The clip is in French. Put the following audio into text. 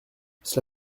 cela